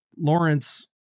Lawrence